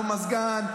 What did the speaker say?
לא מזגן.